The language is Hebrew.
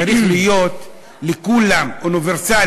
זה צריך להיות לכולם, אוניברסלי.